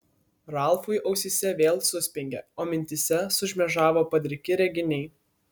ralfui ausyse vėl suspengė o mintyse sušmėžavo padriki reginiai